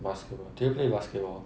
basketball do you play basketball